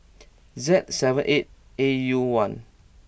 Z seven eight A U one